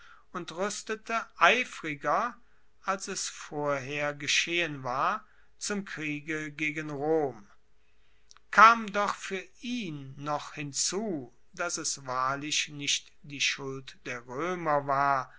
und ruestete eifriger als es vorher geschehen war zum kriege gegen rom kam doch fuer ihn noch hinzu dass es wahrlich nicht die schuld der roemer war